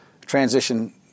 transition